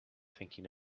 thinking